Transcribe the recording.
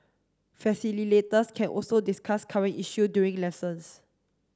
can also discuss current issue during lessons